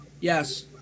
Yes